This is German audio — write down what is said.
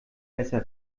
besser